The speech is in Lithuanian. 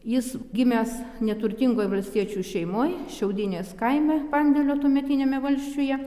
jis gimęs neturtingoj valstiečių šeimoj šiaudinės kaime pandėlio tuometiniame valsčiuje